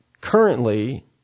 currently